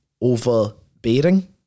overbearing